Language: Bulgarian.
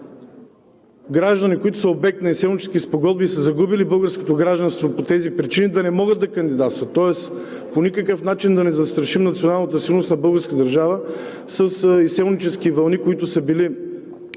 гражданите, които са обект на изселнически спогодби и са загубили българското си гражданство по тези причини, да не могат да кандидатстват. Тоест по никакъв начин да не застрашим националната сигурност на българската държава с изселнически вълни. Те са били